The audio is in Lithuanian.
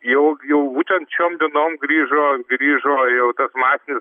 jau jau būtent šiom dienom grįžo grįžo jau tas masinis